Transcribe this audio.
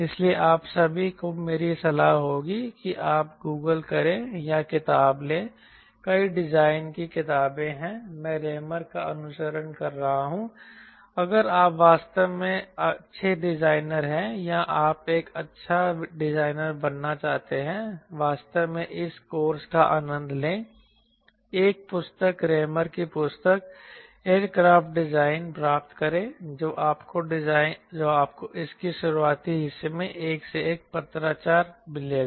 इसलिए आप सभी को मेरी सलाह होगी कि आप गूगल करें या किताब लें कई डिजाइन की किताबें हैं मैं रेमर का अनुसरण कर रहा हूं अगर आप वास्तव में अच्छे डिजाइनर हैं या आप एक अच्छा डिजाइनर बनना चाहते हैं वास्तव में इस कोर्स का आनंद लें एक पुस्तक रेमर की पुस्तक एयरक्राफ्ट डिज़ाइन प्राप्त करें जो आपको इसके शुरुआती हिस्से में 1 से 1 पत्राचार मिलेगा